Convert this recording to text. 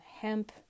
hemp